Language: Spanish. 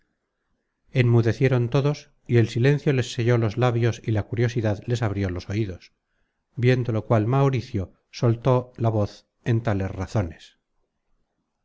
enmudecieron todos y el silencio les selló los labios y la curiosidad les abrió los oidos viendo lo cual mauricio soltó la voz en tales razones